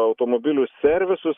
automobilių servisus